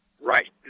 Right